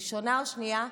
ראשונה או שנייה?